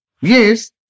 Yes